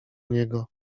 niego